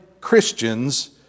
Christians